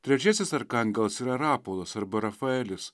trečiasis arkangelas yra rapolas arba rafaelis